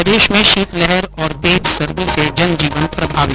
प्रदेश में शीतलहर और तेज सर्दी से जनजीवन प्रभावित